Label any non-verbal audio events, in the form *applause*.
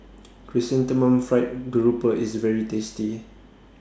*noise* Chrysanthemum Fried Garoupa IS very tasty